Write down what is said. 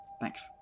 Thanks